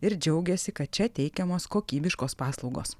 ir džiaugiasi kad čia teikiamos kokybiškos paslaugos